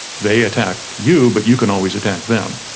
they attack you, but you can always attack them.